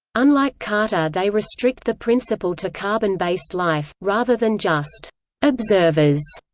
unlike carter they restrict the principle to carbon-based life, rather than just observers.